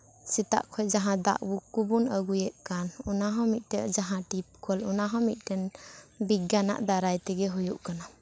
ᱥᱮᱛᱟᱜ ᱠᱷᱚᱱ ᱡᱟᱦᱟᱸ ᱫᱟᱜ ᱠᱚᱵᱚᱱ ᱟᱜᱩᱭᱮᱫ ᱠᱟᱱ ᱚᱱᱟ ᱦᱚᱸ ᱢᱤᱫᱴᱮᱱ ᱡᱟᱦᱟᱸ ᱴᱤᱯ ᱠᱚᱞ ᱚᱱᱟ ᱦᱚᱸ ᱢᱤᱫᱴᱮᱱ ᱵᱤᱜᱽᱜᱟᱱᱟᱜ ᱫᱟᱨᱟᱭ ᱛᱮᱜᱮ ᱦᱩᱭᱩᱜ ᱠᱟᱱᱟ